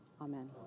Amen